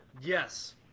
Yes